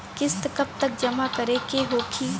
किस्त कब तक जमा करें के होखी?